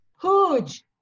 huge